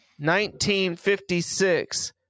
1956